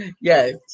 yes